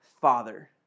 Father